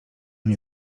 nie